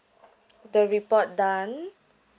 the report done